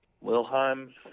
Wilhelm